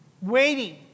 waiting